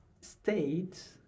states